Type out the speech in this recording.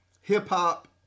hip-hop